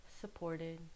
supported